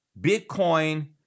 Bitcoin